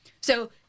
so-